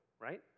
right